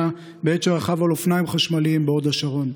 בעת שרכב על אופניים חשמליים בהוד השרון,